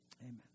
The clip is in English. Amen